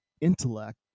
intellect